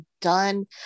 done